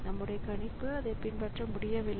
நம்முடைய கணிப்பு அதைப் பின்பற்ற முடியவில்லை